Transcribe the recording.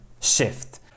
shift